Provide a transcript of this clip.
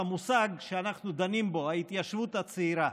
למושג שאנחנו דנים בו: ההתיישבות הצעירה.